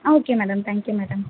ah okay madam thank you madam